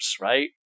right